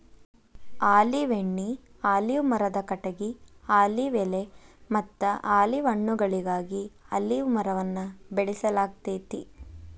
olive ಎಣ್ಣಿ, olive ಮರದ ಕಟಗಿ, ಆಲಿವ್ ಎಲೆಮತ್ತ ಆಲಿವ್ ಹಣ್ಣುಗಳಿಗಾಗಿ ಅಲಿವ್ ಮರವನ್ನ ಬೆಳಸಲಾಗ್ತೇತಿ